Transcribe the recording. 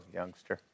youngster